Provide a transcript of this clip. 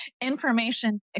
information